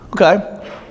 Okay